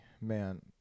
man